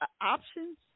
Options